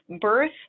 birth